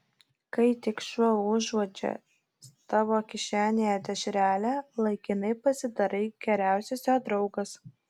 kai tik šuo užuodžia tavo kišenėje dešrelę laikinai pasidarai geriausias jo draugas